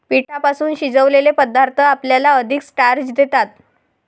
पिठापासून शिजवलेले पदार्थ आपल्याला अधिक स्टार्च देतात